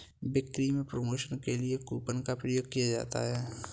बिक्री में प्रमोशन के लिए कूपन का प्रयोग किया जाता है